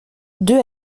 deux